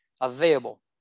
available